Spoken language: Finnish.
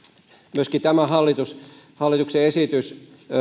myöskin tämä hallituksen esitys